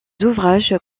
ouvrages